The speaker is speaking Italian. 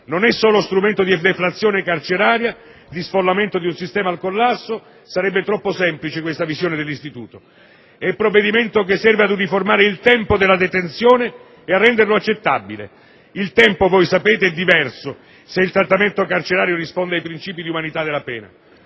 Non è solo strumento di deflazione carceraria, di sfollamento di un sistema al collasso: sarebbe troppo semplice questa visione dell'istituto. È un provvedimento che serve ad uniformare il tempo della detenzione e a renderlo accettabile. Il tempo - voi sapete - è diverso se il trattamento carcerario risponde ai principi di umanità della pena.